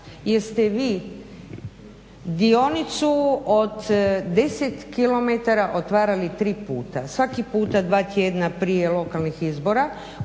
jer ste vi dionicu od 10 km otvarali tri puta, svaki puta dva tjedna prije lokalnih izbora